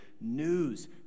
news